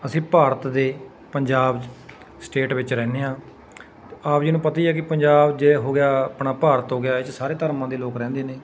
ਅਸੀਂ ਭਾਰਤ ਦੇ ਪੰਜਾਬ 'ਚ ਸਟੇਟ ਵਿੱਚ ਰਹਿੰਦੇ ਹਾਂ ਆਪ ਜੀ ਨੂੰ ਪਤਾ ਹੀ ਹੈ ਕਿ ਪੰਜਾਬ ਜੇ ਹੋ ਗਿਆ ਆਪਣਾ ਭਾਰਤ ਹੋ ਗਿਆ ਇਹ 'ਚ ਸਾਰੇ ਧਰਮਾਂ ਦੇ ਲੋਕ ਰਹਿੰਦੇ ਨੇ